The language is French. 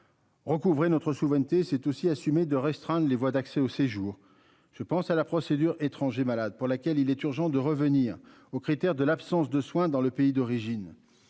Recouvrer notre souveraineté c'est aussi assumer de restreindre les voies d'accès au séjour je pense à la procédure étrangers malades pour laquelle il est urgent de revenir aux critères de l'absence de soins dans le pays d'origine.